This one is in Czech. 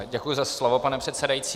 Děkuji za slovo, pane předsedající.